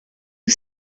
was